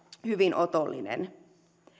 hyvin otollinen